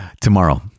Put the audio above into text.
Tomorrow